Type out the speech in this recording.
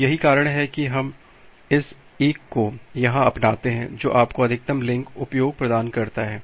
तो यही कारण है कि हम इस 1 को यहां अपनाते हैं जो आपको अधिकतम लिंक उपयोग प्रदान करता है